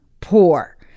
poor